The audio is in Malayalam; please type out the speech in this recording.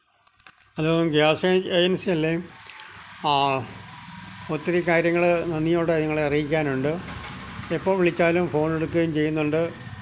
ഹലോ ഗ്യാസേ ഏജന്സി അല്ലേ ഒത്തിരി കാര്യങ്ങള് നന്ദിയോടെ നിങ്ങളെ അറിയിക്കാനുണ്ട് എപ്പോള് വിളിച്ചാലും ഫോണെടുക്കുകയും ചെയ്യുന്നുണ്ട്